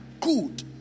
good